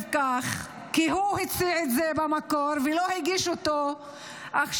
כך כי הוא הציע את זה במקור ולא הגיש אותו עכשיו,